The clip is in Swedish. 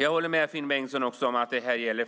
Jag håller med Finn Bengtsson om att det gäller